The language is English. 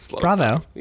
bravo